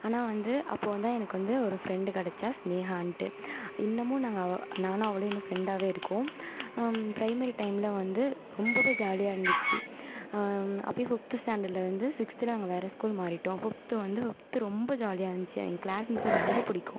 ஆனால் வந்து அப்போது வந்து எனக்கு வந்து ஒரு ஃப்ரெண்டு கிடைச்சா சினேகான்ட்டு இன்னுமும் நாங்கள் அ நானும் அவளும் இன்னும் ஃப்ரெண்டாகவே இருக்கோம் ப்ரைமரி டைமில் வந்து ரொம்பவே ஜாலியாக இருந்துச்சு அப்பயும் ஃபிஃப்த்து ஸ்டாண்டர்ட்டில் இருந்து சிக்ஸ்த்து நாங்கள் வேறு ஸ்கூல் மாறிவிட்டோம் ஃபிஃப்த்து வந்து ஃபிஃப்த்து ரொம்ப ஜாலியாக இருந்துச்சு எங்கள் கிளாஸ் மிஸ்ஸை ரொம்ப பிடிக்கும்